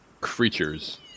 creatures